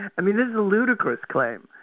i mean this is a ludicrous claim,